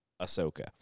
Ahsoka